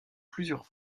plusieurs